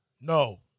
No